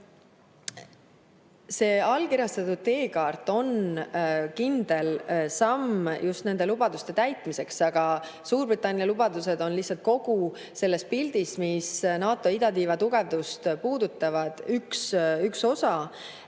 See allkirjastatud teekaart on kindel samm just nende lubaduste täitmiseks, aga Suurbritannia lubadused on lihtsalt kogu selles pildis, mis NATO idatiiva tugevdust puudutab, üks osa.